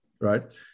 right